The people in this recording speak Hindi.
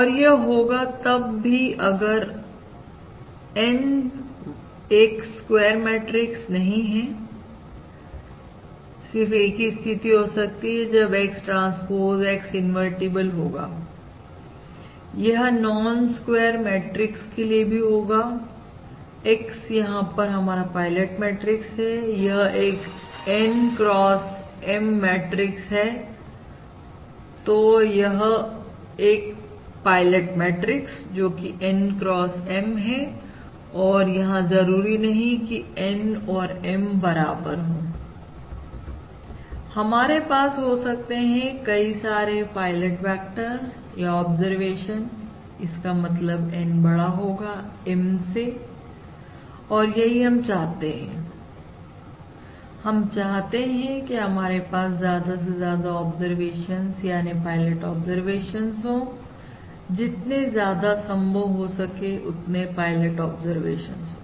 और यह होगा तब भी अगर N 1 स्क्वेयर मैट्रिक्स नहीं है सिर्फ एक ही स्थिति हो सकती है जब X ट्रांसपोज X इनवर्टिबल होगा यह नॉन स्क्वायर मैट्रिक्स के लिए भी होगा X यहां पर हमारा पायलट मैट्रिक्स है यह एक N x M मेट्रिक है तो यह एक पायलट मैट्रिक्स जोकि N x M है और यहां जरूरी नहीं की N और M बराबर हो हमारे पास हो सकते हैं कई सारे पायलट वेक्टर या ऑब्जरवेशन इसका मतलब N बड़ा होगा M से और यही हम चाहते हैं हम चाहते हैं कि हमारे पास ज्यादा से ज्यादा ऑब्जर्वेशंस याने पायलट ऑब्जर्वेशन हो जितने ज्यादा संभव हो सके उतने पायलट ऑब्जर्वेशन हो